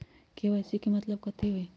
KYC के मतलब कथी होई?